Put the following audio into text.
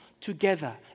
together